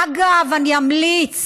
אגב, אני אמליץ